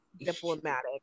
diplomatic